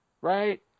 right –